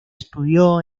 estudió